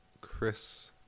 chris